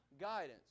guidance